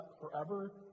forever